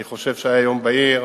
אני חושב שהיה יום בהיר,